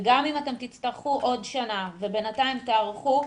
וגם אם אתם תצטרכו עוד שנה ובינתיים תיערכו,